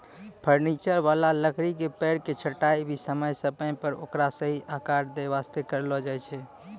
furniture वाला लकड़ी के पेड़ के छंटाई भी समय समय पर ओकरा सही आकार दै वास्तॅ करलो जाय छै